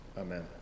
Amen